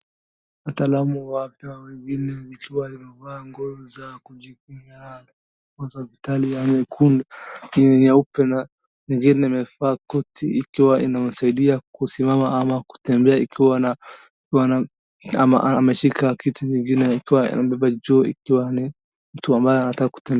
Wataalamu wa afya wengine wakiwa wamevaa nguo za kujikinga hospitali ya nyeupe na ingine imevaa koti ikiwa inawasaidia kusimama ama kuetembea ikiwa na ameshika kitu nyingine ikiwa amebeba juu ikiwa ni kitu ambayo anataka kutengeneza.